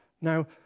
Now